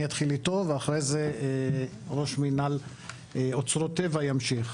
אני אתחיל איתו ואחרי זה ראש מינהל אוצרות טבע ימשיך.